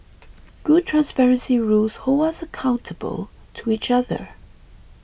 good transparency rules hold us accountable to each other